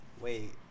Wait